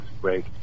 break